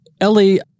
Ellie